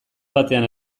batean